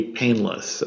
painless